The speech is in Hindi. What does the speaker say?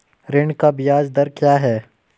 ऋण पर ब्याज दर क्या है?